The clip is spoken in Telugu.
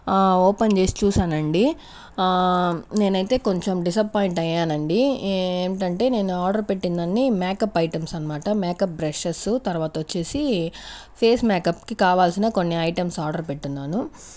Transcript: ఆ ఓపెన్ చేసి చూసానండి ఆ నేనైతే కొంచెం డిసప్పాయింట్ అయ్యానండి ఏమిటంటే నేను ఆర్డర్ పెట్టిందన్నీ మేకప్ ఐటమ్స్ అనమాట మేకప్ బ్రషెస్సు తర్వాత వచ్చేసి ఫేస్ మేకప్కి కావాల్సిన కొన్ని ఐటమ్స్ ఆర్డర్ పెట్టున్నాను